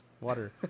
water